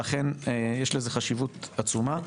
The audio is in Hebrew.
לכן יש לזה חשיבות עצומה.